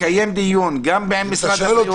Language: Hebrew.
לקיים דיון גם בין משרד הבריאות-